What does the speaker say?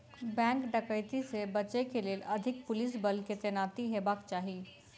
bank डकैती से बचय के लेल अधिक पुलिस बल के तैनाती हेबाक चाही